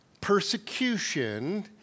persecution